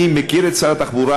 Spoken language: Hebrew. אני מכיר את שר התחבורה,